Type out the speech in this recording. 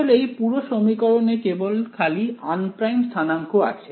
আসলে এই পুরো সমীকরণে কেবল খালি আনপ্রাইম স্থানাংক আছে